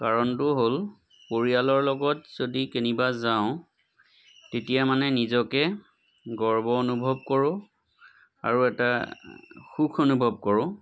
কাৰণটো হ'ল পৰিয়ালৰ লগত যদি কেনিবা যাওঁ তেতিয়া মানে নিজকে গৰ্ব অনুভৱ কৰোঁ আৰু এটা সুখ অনুভৱ কৰোঁ